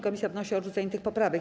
Komisja wnosi o odrzucenie tych poprawek.